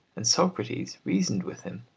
and socrates reasoned with him,